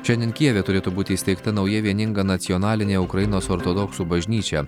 šiandien kijeve turėtų būti įsteigta nauja vieninga nacionalinė ukrainos ortodoksų bažnyčia